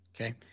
okay